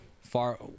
far